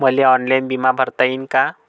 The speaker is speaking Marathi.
मले ऑनलाईन बिमा भरता येईन का?